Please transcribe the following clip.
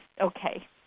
Okay